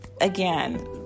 again